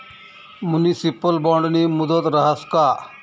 Municipal बॉन्डनी मुदत रहास का?